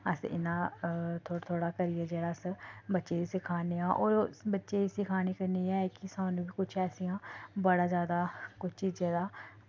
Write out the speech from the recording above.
अस इन्ना थोह्ड़ा थोह्ड़ा करियै जेह्ड़ा अस बच्चे गी सखाने आं होर बच्चे गी सखाने कन्नै ऐ कि सानूं बी किश औसियां बड़ा जैदा किश चीजें दा